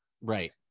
Right